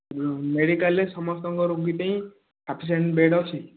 ମେଡ଼ିକାଲରେ ସମସ୍ତଙ୍କ ରୋଗୀ ପାଇଁ ସଫିସିଏଣ୍ଟ ବେଡ଼ ଅଛି